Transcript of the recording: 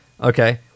okay